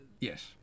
Yes